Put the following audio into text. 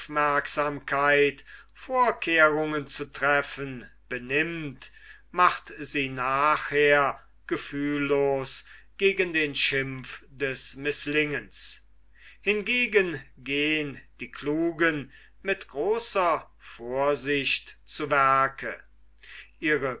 aufmerksamkeit vorkehrungen zu treffen benimmt macht sie nachher gefühllos gegen den schimpf des mißlingens hingegen gehen die klugen mit großer vorsicht zu werke ihre